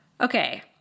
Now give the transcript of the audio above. Okay